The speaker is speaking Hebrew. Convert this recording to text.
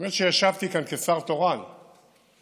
האמת היא שישבתי כאן כשר תורן ונדהמתי